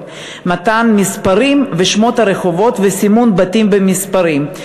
(מתן מספרים ושמות לרחובות וסימון בתים במספרים),